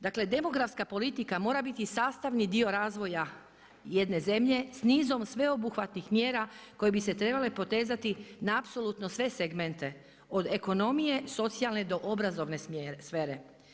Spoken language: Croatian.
Dakle, demografska politika mora biti sastavni dio razvoja jedne zemlje s nizom sveobuhvatnih mjera koje bi se trebale protezati na apsolutno sve segmente od ekonomije, socijalne do obrazovne sfere.